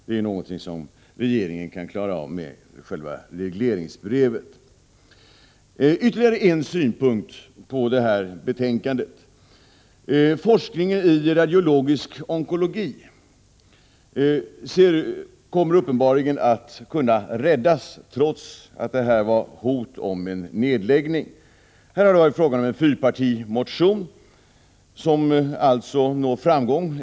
Det är någonting som regeringen kan klara av med själva regleringsbrevet. Ytterligare en synpunkt på det här betänkandet: Forskningen i radiologisk onkologi kommer uppenbarligen att kunna räddas, trots att det har förekommit hot om nedläggning. Här är det fråga om en fyrpartimotion, som alltså når framgång.